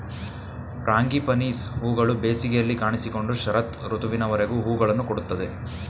frangipanis ಹೂಗಳು ಬೇಸಿಗೆಯಲ್ಲಿ ಕಾಣಿಸಿಕೊಂಡು ಶರತ್ ಋತುವಿನವರೆಗೂ ಹೂಗಳನ್ನು ಕೊಡುತ್ತದೆ